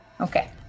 Okay